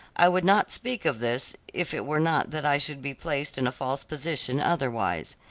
i would not speak of this if it were not that i should be placed in a false position otherwise.